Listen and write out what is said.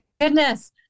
goodness